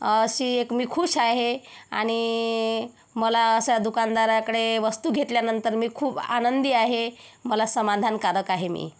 अशी एक मी खूष आहे आणि मला अशा दुकानदाराकडे वस्तू घेतल्यानंतर मी खूप आनंदी आहे मला समाधानकारक आहे मी